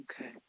okay